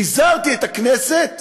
פיזרתי את הכנסת,